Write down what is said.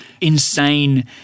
insane